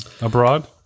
abroad